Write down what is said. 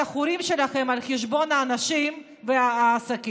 החורים שלכם על חשבון האנשים והעסקים.